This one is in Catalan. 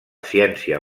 ciència